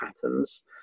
patterns